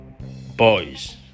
boys